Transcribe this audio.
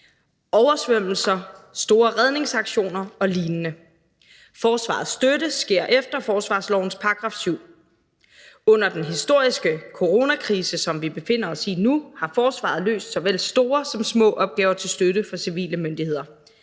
oversvømmelser, store redningsaktioner og lignende. Forsvarets støtte sker efter forsvarslovens § 7. Under den historiske coronakrise, som vi befinder os i nu, har forsvaret løst såvel store som små opgaver til støtte for civile myndigheder.